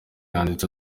yanditse